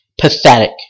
Pathetic